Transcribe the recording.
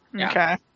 Okay